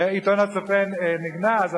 עיתון "הצופה" נגנז,